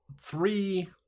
three